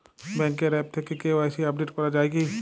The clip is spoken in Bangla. ব্যাঙ্কের আ্যপ থেকে কে.ওয়াই.সি আপডেট করা যায় কি?